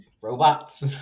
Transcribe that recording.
robots